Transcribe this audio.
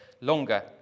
longer